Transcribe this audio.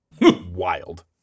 Wild